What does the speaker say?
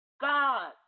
God